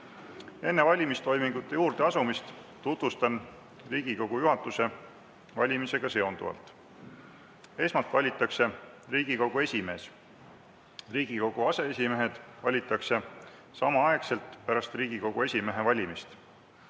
Enne valimistoimingute juurde asumist tutvustan Riigikogu juhatuse valimisega seonduvat. Esmalt valitakse Riigikogu esimees. Riigikogu aseesimehed valitakse samaaegselt pärast Riigikogu esimehe valimist.